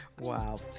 Wow